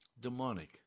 Demonic